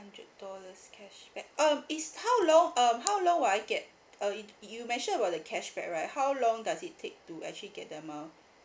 hundred dollars cashback um is how long um how long will I get uh you you mentioned about the cashback right how long does it take to actually get the amount